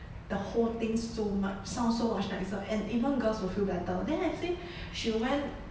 the whole thing so much sound so much nicer and even girls will feel better then I think she will want